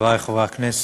חברי חברי הכנסת,